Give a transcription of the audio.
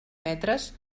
metres